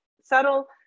subtle